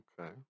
Okay